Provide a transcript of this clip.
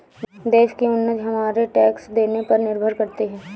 देश की उन्नति हमारे टैक्स देने पर निर्भर करती है